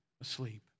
asleep